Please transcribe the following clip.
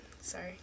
sorry